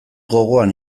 gogoan